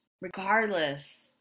regardless